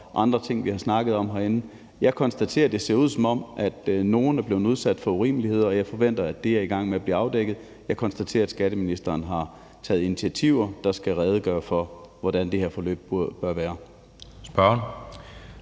andre ting, som vi har snakket om herinde. Jeg konstaterer, at det ser ud, som om nogle er blevet udsat for urimeligheder, og jeg forventer, at det er i gang med at blive afdækket. Jeg konstaterer, at skatteministeren har taget initiativer, der skal redegøre for, hvordan det her forløb bør være.